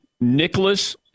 Nicholas